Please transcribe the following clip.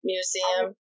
Museum